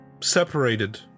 separated